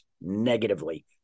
negatively